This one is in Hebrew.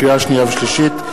לקריאה שנייה ולקריאה שלישית,